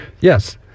Yes